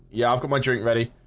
yeah. i've got my drink ready.